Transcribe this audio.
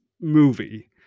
movie